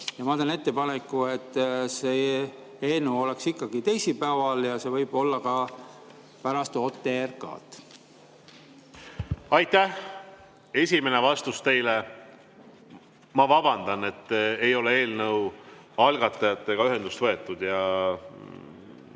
ja ma teen ettepaneku, et see eelnõu oleks ikkagi teisipäeval. Ja see võib olla ka pärast OTRK-d. Aitäh! Esimene vastus teile. Ma vabandan, et ei ole eelnõu algatajatega ühendust võetud.